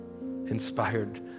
inspired